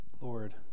Lord